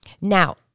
Now